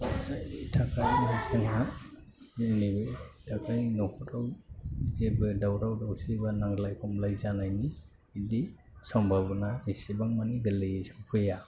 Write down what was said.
जायनि थाखाय जोंहा जोंनि थाखाय न'खराव जेबो दावराव दावसि बा नांज्लाय खमलाय जानायनि बिदि समभाब'ना एसेबां माने गोरलैयै सफैया